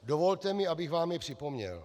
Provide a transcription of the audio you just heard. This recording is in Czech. Dovolte mi, abych vám je připomněl.